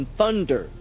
thunder